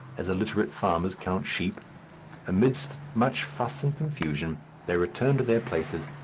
as illiterate farmers count sheep amidst much fuss and confusion they return to their places,